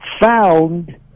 found